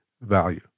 value